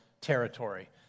territory